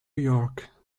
york